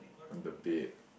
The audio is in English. on the bed